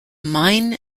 mine